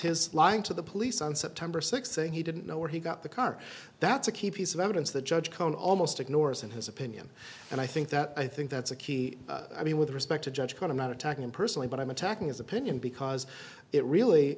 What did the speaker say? his lying to the police on september sixth saying he didn't know where he got the car that's a key piece of evidence the judge can almost ignores in his opinion and i think that i think that's a key i mean with respect to judge gunn i'm not attacking him personally but i'm attacking his opinion because it really